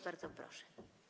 Bardzo proszę.